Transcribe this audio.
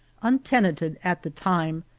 untenanted at the time,